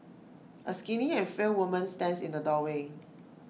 A skinny and frail woman stands in the doorway